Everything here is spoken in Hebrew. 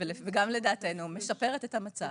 וגם לדעתנו משפרת את המצב